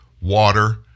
water